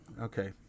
okay